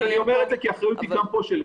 אני אומר את זה, כי האחריות גם פה היא שלי.